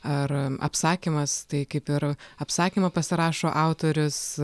ar apsakymas tai kaip ir apsakymą pasirašo autorius